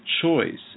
choice